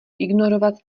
ignorovat